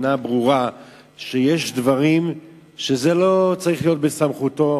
ברורה שיש דברים שלא צריכים להיות בסמכותו,